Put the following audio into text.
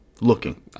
looking